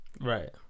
Right